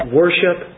worship